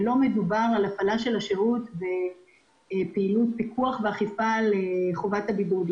היא שלא מדובר בהפעלה של השירות בפעילות פיקוח ואכיפה על חובת הבידוד.